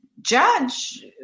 judge